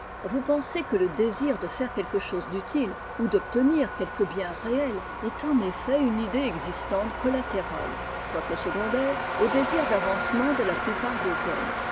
vous pensez que e désir de faire quelque chose d'utile ou d'obtenir quelque bien réel est en effet une idée existante collatérale quoique secondaire au désird'avancement de la plupart des hommes